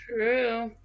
true